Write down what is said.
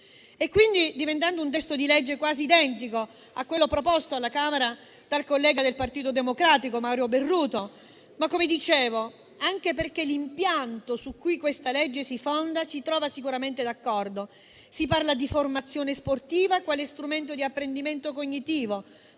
condiviso, diventato così un testo di legge quasi identico a quello proposto alla Camera dal collega del Partito Democratico, onorevole Mauro Berruto. Come dicevo, l'impianto su cui questa legge si fonda ci trova sicuramente d'accordo; si parla di formazione sportiva quale strumento di apprendimento cognitivo,